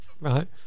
Right